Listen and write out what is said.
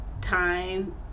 Time